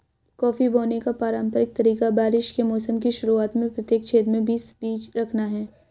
coffee बोने का पारंपरिक तरीका बारिश के मौसम की शुरुआत में प्रत्येक छेद में बीस बीज रखना है